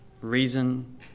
reason